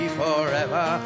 forever